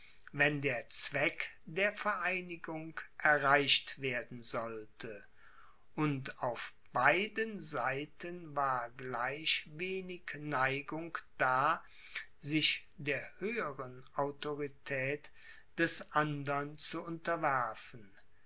wenn der zweck der vereinigung erreicht werden sollte und auf beiden seiten war gleich wenig neigung da sich der höheren autorität des andern zu unterwerfen